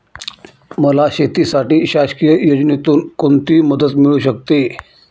मला शेतीसाठी शासकीय योजनेतून कोणतीमदत मिळू शकते?